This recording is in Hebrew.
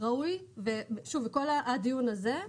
ושוב כל הדיון הזה,